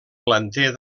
planter